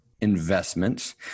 investments